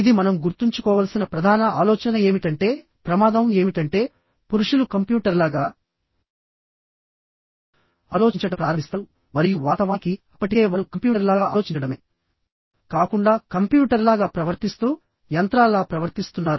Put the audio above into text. ఇది మనం గుర్తుంచుకోవలసిన ప్రధాన ఆలోచన ఏమిటంటే ప్రమాదం ఏమిటంటే పురుషులు కంప్యూటర్లాగా ఆలోచించడం ప్రారంభిస్తారు మరియు వాస్తవానికి అప్పటికే వారు కంప్యూటర్లాగా ఆలోచించడమే కాకుండా కంప్యూటర్లాగా ప్రవర్తిస్తూ యంత్రాలలా ప్రవర్తిస్తున్నారు